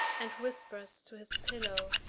and whispers to his pillow,